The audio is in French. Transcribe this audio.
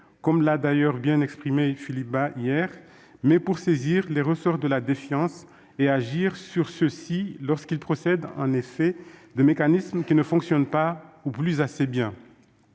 Bas l'a d'ailleurs bien exprimé hier, mais pour saisir les ressorts de la défiance et agir sur ceux-ci lorsqu'ils procèdent bien de mécanismes qui ne fonctionnent pas, ou plus assez bien.